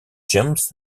james